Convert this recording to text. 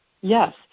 yes